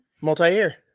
Multi-year